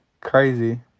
crazy